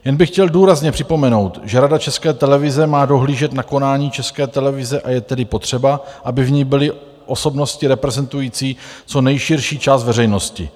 Jen by chtěl důrazně připomenout, že Rada České televize má dohlížet na konání České televize, a je tedy potřeba, aby v ní byly osobnosti reprezentující co nejširší část veřejnosti.